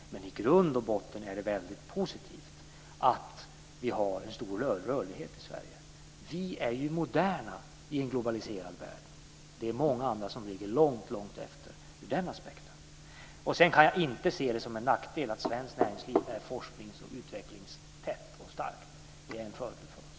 Men i grund och botten är det väldigt positivt att vi har en stor rörlighet i Sverige. Vi är ju moderna i en globaliserad värld. Det är många andra som ligger långt efter ur den aspekten. Sedan kan jag inte se det som en nackdel att svenskt näringsliv är forsknings och utvecklingstätt och starkt. Det är en fördel för oss.